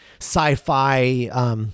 sci-fi